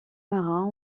marins